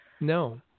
No